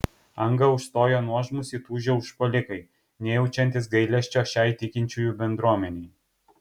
angą užstojo nuožmūs įtūžę užpuolikai nejaučiantys gailesčio šiai tikinčiųjų bendruomenei